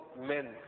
men